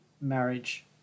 marriage